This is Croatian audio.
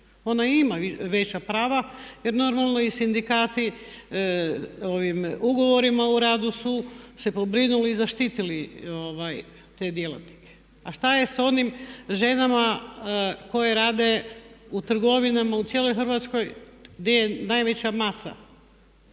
ona i ima veća prava jer normalno i sindikati ugovorima o radu su se pobrinuli i zaštitili te djelatnike. A šta je sa onima ženama koje rade u trgovinama u cijeloj Hrvatskoj gdje je najveća masa?